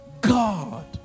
God